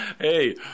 hey